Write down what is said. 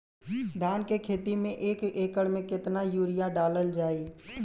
धान के खेती में एक एकड़ में केतना यूरिया डालल जाई?